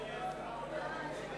הצעת